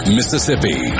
Mississippi